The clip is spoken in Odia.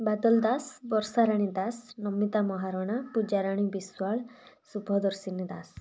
ବାଦଲ ଦାସ ବର୍ଷାରାଣୀ ଦାସ ନମିତା ମହାରଣା ପୂଜାରାଣୀ ବିଶ୍ୱାଳ ଶୁଭଦର୍ଶିନୀ ଦାସ